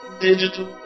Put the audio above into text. Digital